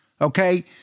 okay